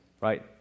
Right